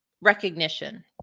recognition